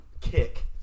kick